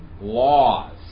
Laws